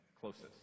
closest